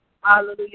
Hallelujah